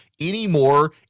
anymore